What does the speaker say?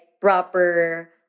proper